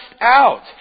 out